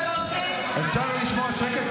אפשר לשמור על שקט?